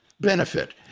benefit